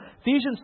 Ephesians